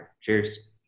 Cheers